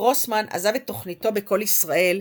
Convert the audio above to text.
גרוסמן עזב את תוכניתו ב"קול ישראל"